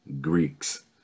Greeks